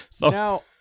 Now